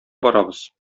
барабыз